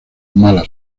mala